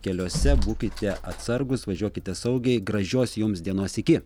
keliuose būkite atsargūs važiuokite saugiai gražios jums dienos iki